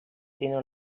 tindre